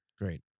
great